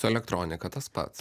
su elektronika tas pats